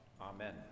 Amen